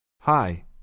Hi